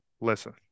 listen